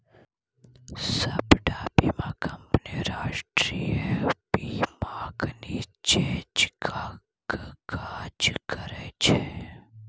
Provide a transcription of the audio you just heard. सबटा बीमा कंपनी राष्ट्रीय बीमाक नीच्चेँ काज करय छै